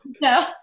no